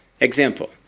Example